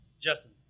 Justin